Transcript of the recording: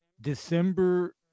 December